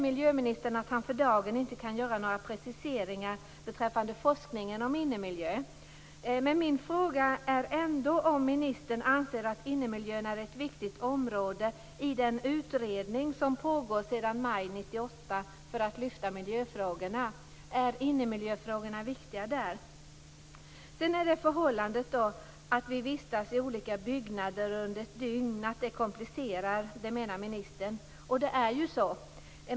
Miljöministern säger att han för dagen inte kan göra några preciseringar beträffande forskningen om innemiljön. Men anser ministern att innemiljön är ett viktigt område för den utredning som pågår sedan maj 1998 där miljöfrågorna skall lyftas fram? Är innemiljöfrågorna viktiga? Ministern anser att det förhållandet att vi vistas i olika byggnader under ett dygn komplicerar situationen. Det är så.